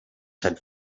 had